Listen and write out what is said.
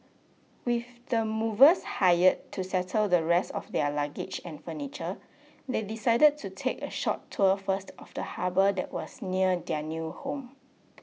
with the movers hired to settle the rest of their luggage and furniture they decided to take a short tour first of the harbour that was near their new home